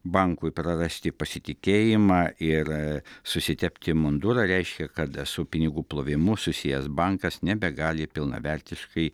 bankui prarasti pasitikėjimą ir susitepti mundurą reiškia kad su pinigų plovimu susijęs bankas nebegali pilnavertiškai